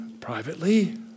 privately